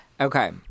Okay